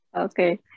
okay